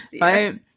Right